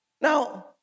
Now